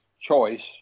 choice